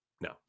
No